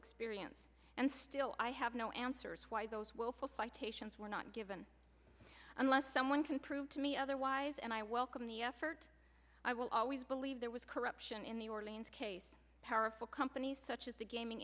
experience and still i have no answers why those willful citations were not given unless someone can prove to me otherwise and i welcome the effort i will always believe there was corruption in the orleans case powerful companies such as the gaming